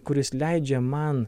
kuris leidžia man